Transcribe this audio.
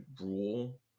rule